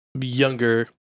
younger